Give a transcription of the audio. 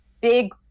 big